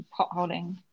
potholing